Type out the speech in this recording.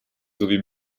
sowie